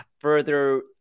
further